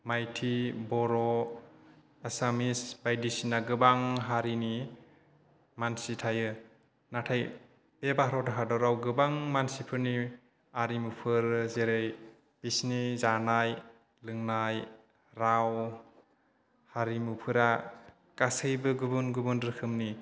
माइथि बर' आसामिस बायदिसिना गोबां हारिनि मानसि थायो नाथाय बे भारत हादरआव गोबां मानसिफोरनि आरिमुफोर जेरै बिसिनि जानाय लोंनाय राव हारिमुफोरा गासैबो गुबुन गुबुन रोखोमनि